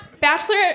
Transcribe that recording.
Bachelor